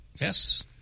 Yes